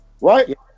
Right